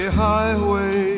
highway